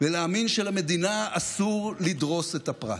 ולהאמין שלמדינה אסור לדרוס את הפרט.